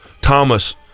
Thomas